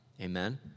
Amen